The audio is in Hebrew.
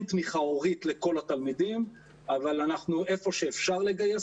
תמיכה הורית לכל התלמידים אבל איפה שאפשר לגייס,